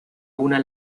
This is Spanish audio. una